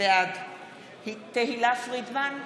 בעד תהלה פרידמן,